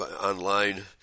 online